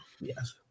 Yes